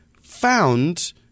found